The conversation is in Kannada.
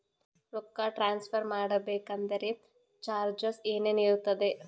ರೊಕ್ಕ ಟ್ರಾನ್ಸ್ಫರ್ ಮಾಡಬೇಕೆಂದರೆ ಚಾರ್ಜಸ್ ಏನೇನಿರುತ್ತದೆ?